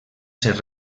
ser